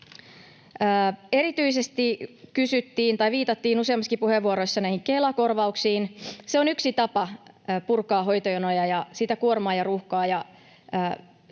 Erityisesti viitattiin useammassakin puheenvuorossa Kela-korvauksiin: Se on yksi tapa purkaa hoitojonoja ja sitä kuormaa ja ruuhkaa